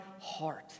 heart